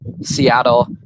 Seattle